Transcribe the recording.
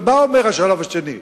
ומה אומר השלב השני?